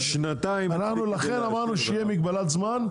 לכן אמרנו שתהיה מגבלת זמן,